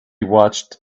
watched